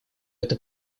это